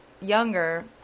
younger